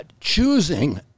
choosing